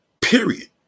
Period